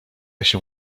się